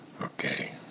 Okay